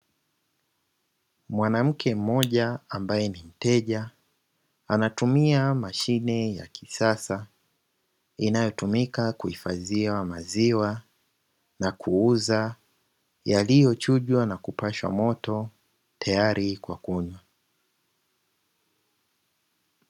Mwanamke mmoja ambaye ni mteja anatumia mashine ya kisasa inayotumika kuhifadhia maziwa na kuuza, yaliyochujwa na kupashwa moto tayari kwa kunywa.